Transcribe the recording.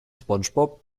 spongebob